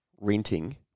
renting